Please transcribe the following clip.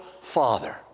Father